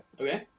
Okay